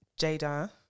Jada